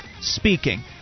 speaking